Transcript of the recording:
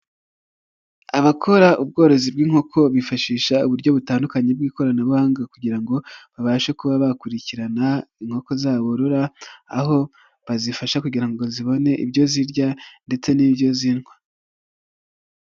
Abakora ubworozi bw'inkoko bifashisha uburyo butandukanye bw'ikoranabuhanga kugira ngo babashe kuba bakurikirana inkoko zabo borora aho bazifasha kugira ngo zibone ibyo zirya ndetse n'ibyo zinywa.